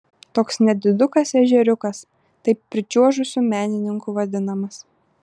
toks nedidukas ežeriukas taip pričiuožusių menininkų vadinamas